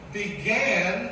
began